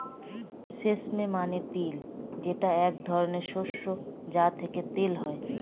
sesame মানে তিল যেটা এক ধরনের শস্য যা থেকে তেল হয়